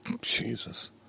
Jesus